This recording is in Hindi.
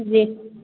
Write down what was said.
जी